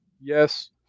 yes